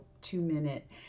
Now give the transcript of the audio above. two-minute